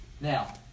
Now